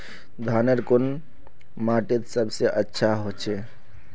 धानेर कुन माटित सबसे अच्छा होचे?